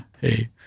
Hey